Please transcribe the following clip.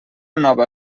nova